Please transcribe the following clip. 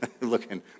looking